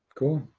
cool,